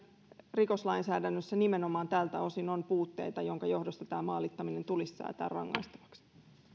rikoslainsäädännössä nimenomaan tältä osin on puutteita minkä johdosta tämä maalittaminen tulisi säätää rangaistavaksi